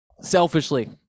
selfishly